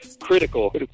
critical